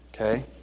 okay